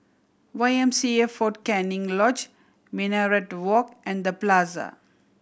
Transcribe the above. Y M C A Fort Canning Lodge Minaret Walk and The Plaza